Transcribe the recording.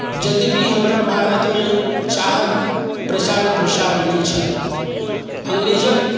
यद्यपि हमरा भारतमे चाहके प्रचार प्रसार नहि छल अङ्गरेजके